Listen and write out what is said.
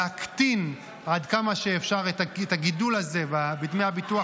להקטין עד כמה שאפשר את הגידול הזה בדמי הביטוח